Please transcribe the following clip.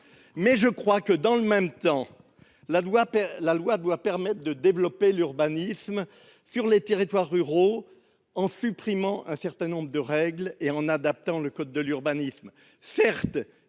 au quotidien. Dans le même temps, la loi doit permettre de développer l'urbanisme dans les territoires ruraux en supprimant un certain nombre de règles et en adaptant le code de l'urbanisme. Certes,